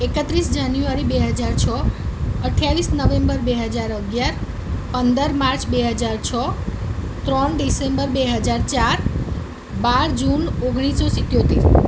એકત્રીસ જાન્યુઆરી બે હજાર છ અઠ્યાવીસ નવેમ્બર બે હજાર અગિયાર પંદર માર્ચ બે હજાર છ ત્રણ ડિસેમ્બર બે હજાર ચાર બાર જૂન ઓગણીસો સિત્યોતેર